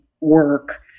work